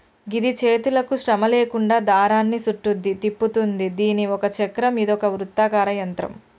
గిది చేతులకు శ్రమ లేకుండా దారాన్ని సుట్టుద్ది, తిప్పుతుంది దీని ఒక చక్రం ఇదొక వృత్తాకార యంత్రం